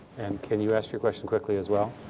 and can you ask your question quickly, as well?